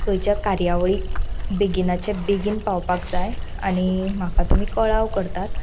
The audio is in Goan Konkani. खंयच्या कार्यावळीक बेगिनाच्या बेगीन पावपाक जाय आनी म्हाका तुमी कळाव करतात